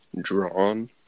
drawn